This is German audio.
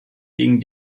gegen